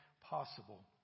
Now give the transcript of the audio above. possible